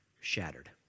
Shattered